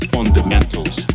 Fundamentals